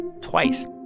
twice